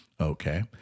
Okay